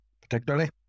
particularly